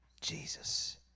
Jesus